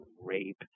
Rape